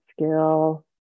skill